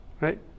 Right